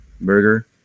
burger